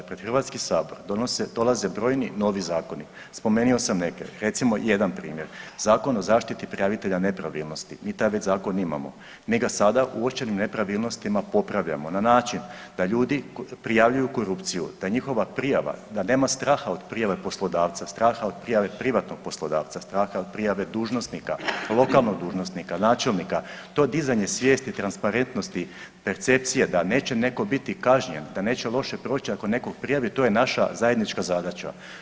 Pred Hrvatski sabor donose, dolaze brojni novi zakoni, spomenio sam neke, recimo jedan primjer Zakon o zaštiti prijavitelja nepravilnosti, mi taj već zakon imamo, mi ga sada u uočenim nepravilnostima popravljamo na način da ljudi prijavljuju korupciju, da njihova prijava, da nema straha od prijave poslodavca, straha od prijave privatnog poslodavca, straha od prijave dužnosnika, lokalnog dužnosnika, načelnika, to dizanje svijesti, transparentnosti, percepcije da neće netko biti kažnjen, da neće loše proći ako nekog prijavi to je naša zajednička zadaća.